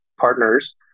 partners